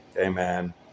Amen